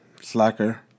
Slacker